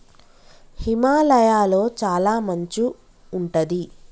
హిమాలయ లొ చాల మంచు ఉంటది